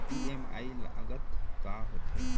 EMI लागत का होथे?